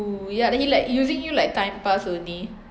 !woo! ya he like using you like time pass only